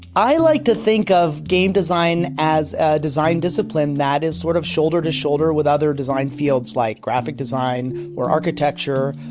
i like to think of game design as a design discipline that is sort of shoulder to shoulder with other design fields like graphic design, or architecture,